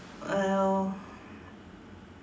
uh